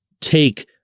take